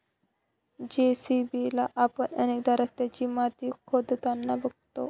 JCB ला आपण अनेकदा रस्त्याची माती खोदताना बघतो